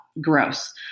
Gross